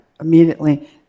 immediately